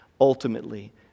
ultimately